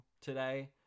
today